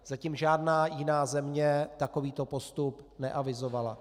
Zatím žádná jiná země takovýto postup neavizovala.